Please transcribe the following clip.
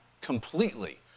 completely